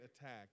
attack